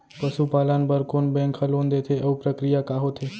पसु पालन बर कोन बैंक ह लोन देथे अऊ प्रक्रिया का होथे?